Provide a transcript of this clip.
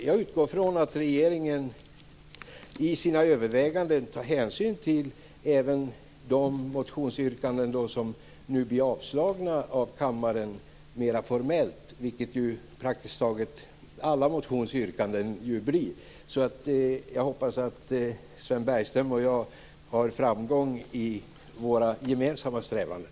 Jag utgår från att regeringen i sina överväganden tar hänsyn även till de motionsyrkanden som nu mera formellt blir avslagna av kammaren, vilket praktiskt taget alla motionsyrkanden blir. Jag hoppas att Sven Bergström och jag har framgång i våra gemensamma strävanden.